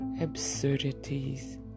absurdities